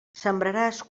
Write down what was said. sembraràs